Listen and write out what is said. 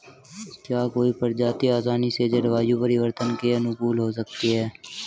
क्या कोई प्रजाति आसानी से जलवायु परिवर्तन के अनुकूल हो सकती है?